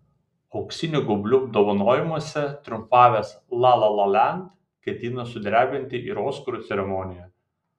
auksinių gaublių apdovanojimuose triumfavęs la la land ketino sudrebinti ir oskarų ceremoniją